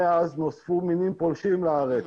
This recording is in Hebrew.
מאז נוספו מינים פולשים לארץ.